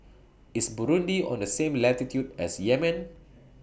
IS Burundi on The same latitude as Yemen